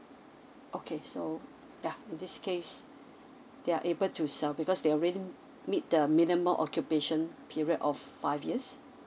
okay so ya in this case they are able to sell because they already meet the minimum occupation period of five years